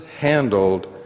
handled